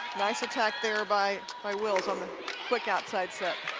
nice attack there by by wills on the quick outside set.